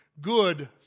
good